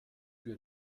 für